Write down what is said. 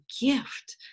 gift